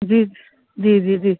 जी जी जी जी